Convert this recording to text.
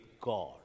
God